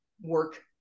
work